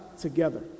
together